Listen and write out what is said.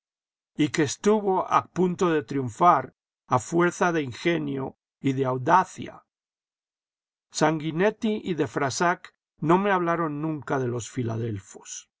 y que estuvo a punto de triunfar a fuerza de ingenio y de audacia sanguinetti y de frassac no me hablaron nunca de los filadelfos